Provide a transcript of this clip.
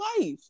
life